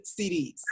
CDs